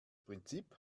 prinzip